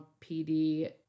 PD